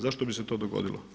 Zašto bi se to dogodilo?